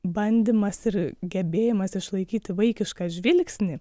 bandymas ir gebėjimas išlaikyti vaikišką žvilgsnį